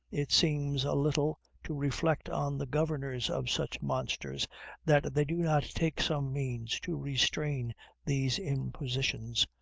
it seems a little to reflect on the governors of such monsters that they do not take some means to restrain these impositions,